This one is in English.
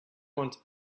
want